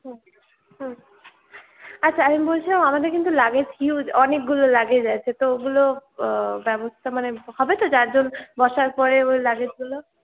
হুম হুম আচ্ছা আমি বলছিলাম আমাদের কিন্তু লাগেজ হিউজ অনেকগুলো লাগেজ আছে তো ওগুলো ব্যবস্থা মানে হবে তো চারজন বসার পরে ঐ লাগেজগুলো